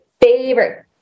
favorite